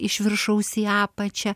iš viršaus į apačią